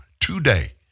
today